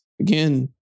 again